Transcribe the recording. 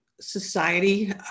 society